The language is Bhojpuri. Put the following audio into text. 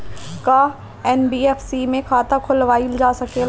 का एन.बी.एफ.सी में खाता खोलवाईल जा सकेला?